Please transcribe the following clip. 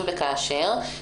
אם וכאשר,